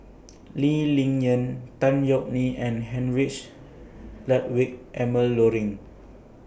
Lee Ling Yen Tan Yeok Nee and Heinrich Ludwig Emil Luering